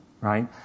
Right